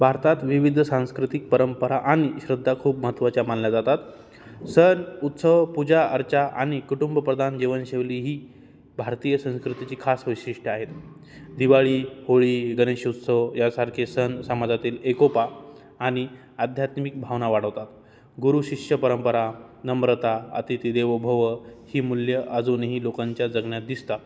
भारतात विविध सांस्कृतिक परंपरा आणि श्रद्धा खूप महत्त्वाच्या मानल्या जातात सण उत्सव पूजा अर्चा आणि कुटुंबप्रधान जीवनशैली ही भारतीय संस्कृतीची खास वैशिष्ट्यं आहेत दिवाळी होळी गणेशोत्सव यांसारखे सण समाजातील एकोपा आणि आध्यात्मिक भावना वाढवतात गुरू शिष्यपरंपरा नम्रता अतिथी देवो भव ही मूल्यं अजूनही लोकांच्या जगण्यात दिसता